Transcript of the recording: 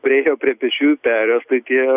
priėjo prie pėsčiųjų perėjos tai tie